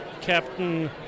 captain